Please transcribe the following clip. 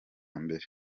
mbere